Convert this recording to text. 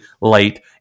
late